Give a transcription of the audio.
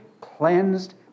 cleansed